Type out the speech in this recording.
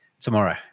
tomorrow